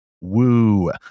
Woo